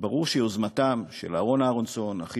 ברור שיוזמתם של אהרן אהרונסון,